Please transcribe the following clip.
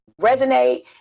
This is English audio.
resonate